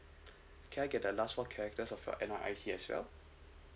can I get the last four characters of your N_R_I_C as well